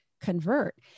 convert